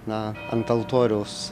na ant altoriaus